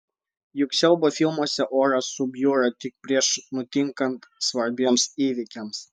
juk siaubo filmuose oras subjūra tik prieš nutinkant svarbiems įvykiams